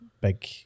big